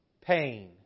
pain